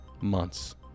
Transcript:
months